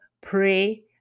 Pray